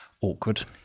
awkward